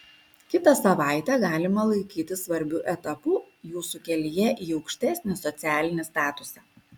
kitą savaitę galima laikyti svarbiu etapu jūsų kelyje į aukštesnį socialinį statusą